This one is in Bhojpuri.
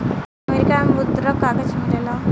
अमेरिका में मुद्रक कागज मिलेला